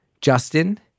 Justin